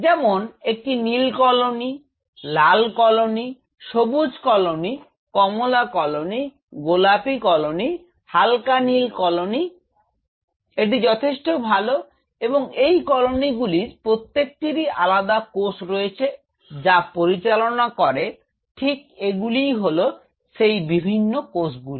যেমন একটি নীল কলোনি লাল কলোনি সবুজ কলোনি সবুজ কলোনি কমলা কলোনি গোলাপী কলোনি হাল্কা নীল কলোনী এটি যথেষ্ট ভাল এবং এই কলোনিগুলির প্রত্যেকটিরই আলাদা কোষ রয়েছে যা পরিচালনা করে ঠিক এগুলি হল সেই বিভিন্ন কোষগুলি